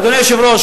אדוני היושב-ראש,